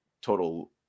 total